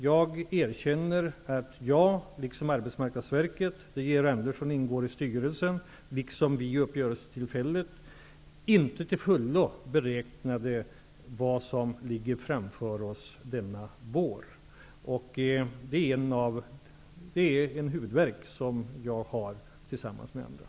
Jag erkänner att jag, liksom Arbetsmarknadsverket, där Georg Andersson ingår i styrelsen, vid uppgörelsetillfället inte till fullo beräknade vad som ligger framför oss denna vår. Det är en huvudvärk som jag har, tillsammans med andra.